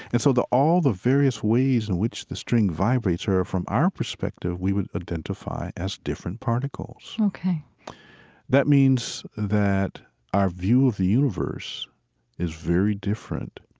and so all the various ways in which the string vibrates are, from our perspective, we would identify as different particles ok that means that our view of the universe is very different.